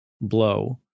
blow